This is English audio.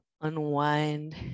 Unwind